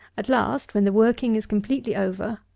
at last, when the working is completely over,